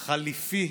חליפי.